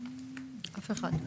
אף אחד.